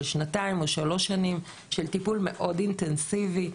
שנתיים או שלוש שנים של טיפול מאוד אינטנסיבי.